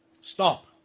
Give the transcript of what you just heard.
Stop